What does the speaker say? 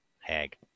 hag